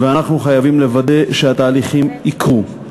ואנחנו חייבים לוודא שהתהליכים יקרו.